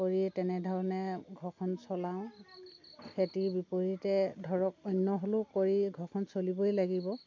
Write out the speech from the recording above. কৰি তেনেধৰণে ঘৰখন চলাওঁ খেতিৰ বিপৰীতে ধৰক অন্য হ'লেও কৰি ঘৰখন চলিবই লাগিব